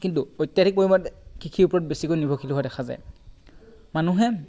কিন্তু অত্যাধিক পৰিমাণে কৃষিৰ ওপৰত বেছিকৈ নিৰ্ভৰশীল হোৱা দেখা যায় মানুহে